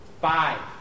five